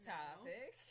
topic